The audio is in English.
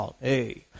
Hey